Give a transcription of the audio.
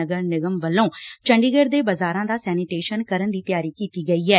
ਨਗਰ ਨਿਗਮ ਵੱਲੋਂ ਚੰਡੀਗੜ੍ਹ ਦੇ ਬਜ਼ਾਰਾਂ ਦਾ ਸੈਨੀਟੇਸ਼ਨ ਕਰਨ ਦੀ ਤਿਆਰੀ ਕੀਤੀ ਗਈ ਐ